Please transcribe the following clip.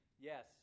Yes